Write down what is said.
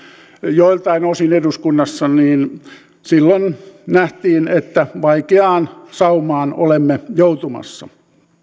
joiltain osin eduskunnassa niin silloin nähtiin että vaikeaan saumaan olemme joutumassa